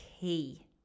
key